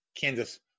Kansas